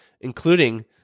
including